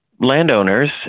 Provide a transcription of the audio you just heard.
landowners